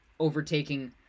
overtaking